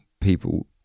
people